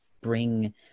bring